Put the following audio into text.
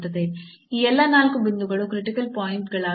ಈ ಎಲ್ಲಾ 4 ಬಿಂದುಗಳು ಕ್ರಿಟಿಕಲ್ ಪಾಯಿಂಟ್ ಗಳಾಗಿವೆ